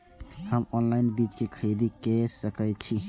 हम ऑनलाइन बीज के खरीदी केर सके छी?